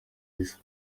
isi